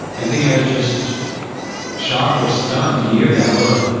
i think i was just shocked or stunned to hear that really,